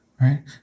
Right